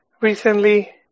recently